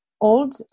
old